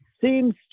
seems